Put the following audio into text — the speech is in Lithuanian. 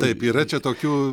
taip yra čia tokių